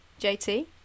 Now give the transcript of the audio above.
JT